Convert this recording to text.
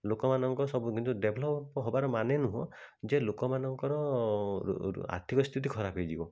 ଲୋକମାନଙ୍କର ସବୁ କିନ୍ତୁ ଡେଭ୍ଲପ୍ ହେବା ମାନେ ନୁହଁ ଯେ ଲୋକମାନଙ୍କର ଆର୍ଥିକ ସ୍ଥିତି ଖରାପ ହୋଇଯିବ